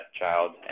child